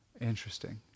Interesting